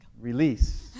release